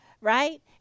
right